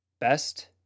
best